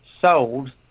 sold